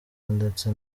ndetse